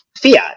Fiat